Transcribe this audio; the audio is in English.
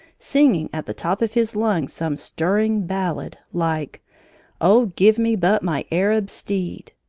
singing at the top of his lungs some stirring ballad like oh, give me but my arab steed!